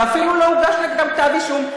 ואפילו לא הוגש נגדם כתב אישום.